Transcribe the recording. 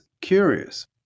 curious